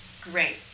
great